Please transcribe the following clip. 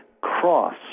cross